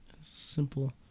Simple